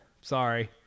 sorry